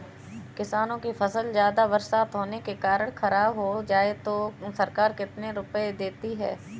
किसानों की फसल ज्यादा बरसात होने के कारण खराब हो जाए तो सरकार कितने रुपये देती है?